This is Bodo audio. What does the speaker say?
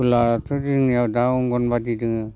स्कुलाथ' जोंनिया दा अंगनबादि दङ